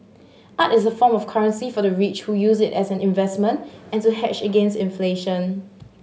art is a form of currency for the rich who use it as an investment and to hedge against inflation